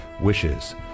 wishes